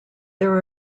there